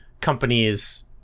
companies